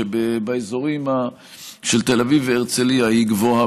שבאזורים של תל אביב והרצליה היא גבוהה